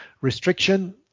restriction